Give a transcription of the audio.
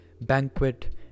banquet